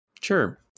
sure